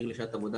מחיר לשעת עבודה.